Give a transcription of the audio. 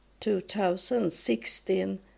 2016